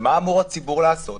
ומה אמור הציבור לעשות,